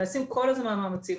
מנסים כל הזמן לעשות מאמצים.